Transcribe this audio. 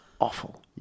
awful